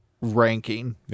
ranking